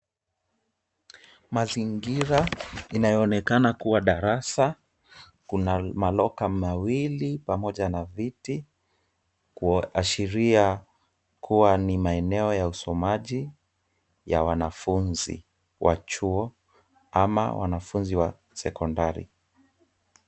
Mazingira inayoonekana kuwa darasa. Kuna ma locker mawili pamoja na viti, kuashiria kuwa ni maeneo ya usomaji ya wanafunzi wa chuo ama wanafunzi sekondari.